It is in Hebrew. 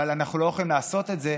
אבל אנחנו לא יכולים לעשות את זה,